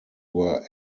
were